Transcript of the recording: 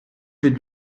від